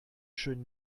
schön